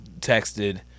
texted